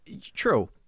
true